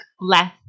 less